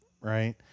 right